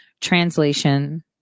translation